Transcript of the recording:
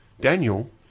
Daniel